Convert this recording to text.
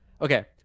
okay